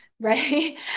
right